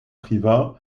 privas